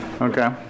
Okay